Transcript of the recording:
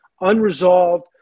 unresolved